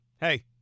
Hey